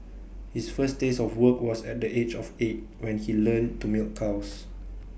his first taste of work was at the age of eight when he learned to milk cows